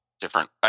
different